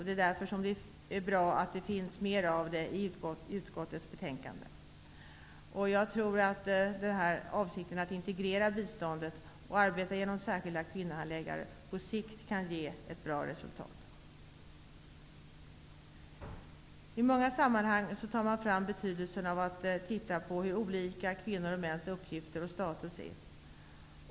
Det är därför som det är bra att det står mer om detta i utskottets betänkande. Avsikten att integrera biståndet och arbeta genom särskilda kvinnohandläggare kan på sikt ge ett bra resultat. I många sammanhang betonar man betydelsen av att titta på hur olika kvinnors och mäns uppgifter och status är.